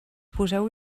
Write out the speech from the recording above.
poseu